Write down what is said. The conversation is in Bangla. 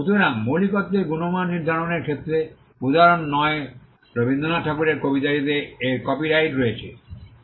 সুতরাং মৌলিকত্বের গুণমান নির্ধারণের ক্ষেত্রে উদাহরণ নয় রবীন্দ্রনাথ ঠাকুরের কবিতাটিতে এর কপিরাইট রয়েছে